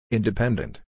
Independent